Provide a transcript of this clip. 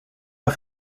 pas